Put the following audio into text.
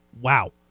Wow